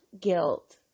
guilt